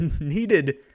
needed